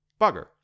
Bugger